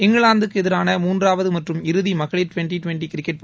இங்கிலாந்துக்கு எதிரான மூன்றாவது மற்றும் இறுதி மகளிர் டுவெண்டி டுவெண்டி கிரிக்கெட்